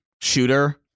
shooter